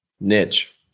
Niche